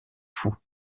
fou